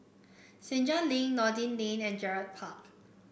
Senja Link Noordin Lane and Gerald Park